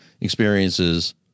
experiences